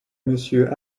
monsieur